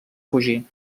fugir